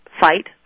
Fight